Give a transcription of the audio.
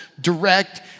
direct